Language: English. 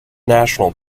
national